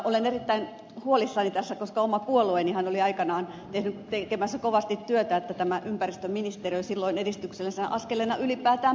olen erittäin huolissani tästä koska oma puolueenihan oli aikanaan tekemässä kovasti työtä että tämä ympäristöministeriö silloin edistyksellisenä askeleena ylipäätään perustettiin